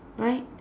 right